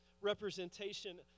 representation